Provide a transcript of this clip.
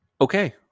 okay